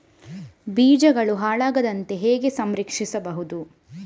ಬೀಜಗಳು ಹಾಳಾಗದಂತೆ ಹೇಗೆ ಸಂರಕ್ಷಿಸಬಹುದು?